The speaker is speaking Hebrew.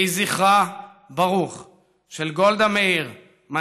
יהי זכרה של גולדה מאיר ברוך,